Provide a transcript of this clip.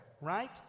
right